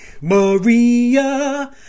Maria